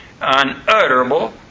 unutterable